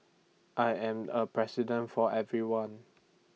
I am A president for everyone